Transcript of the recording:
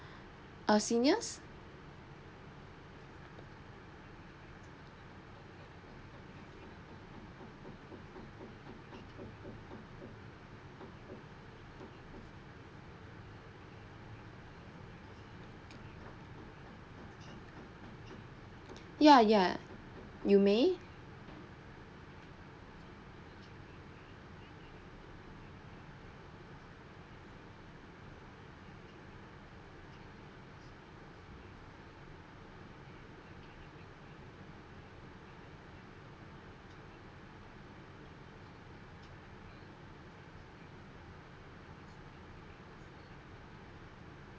err seniors ya ya you may